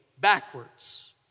backwards